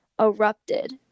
erupted